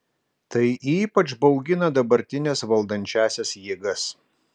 tai ypač baugina dabartines valdančiąsias jėgas